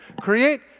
create